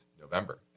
November